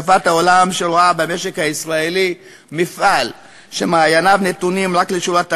השקפת עולם שרואה במשק הישראלי מפעל שמעייניו נתונים רק לשורת הרווח,